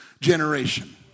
generation